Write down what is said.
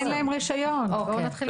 אין להם רישיון, בואו נתחיל מזה.